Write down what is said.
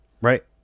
right